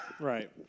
Right